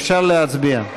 אפשר להצביע.